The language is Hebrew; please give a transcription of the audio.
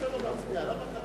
התש"ע 2010,